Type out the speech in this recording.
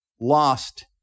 lost